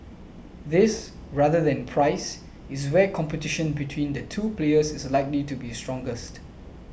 this rather than price is where competition between the two players is likely to be strongest